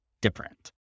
different